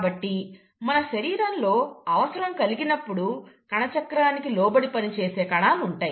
కాబట్టి మన శరీరంలో అవసరం కలిగినప్పుడు కణచక్రానికి లోబడి పని చేసే కణాలు ఉంటాయి